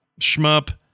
shmup